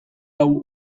hau